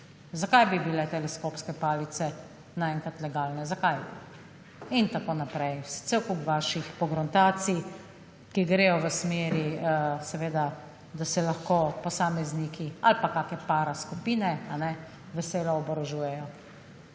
Zakaj bi bile teleskopske palice na enkrat legalne, zakaj? In tako naprej, cel kup vaših pogruntacij, ki gredo v smeri, da se lahko posamezniki ali pa kakšne para skupine veselo oborožujejo